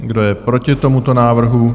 Kdo je proti tomuto návrhu?